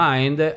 Mind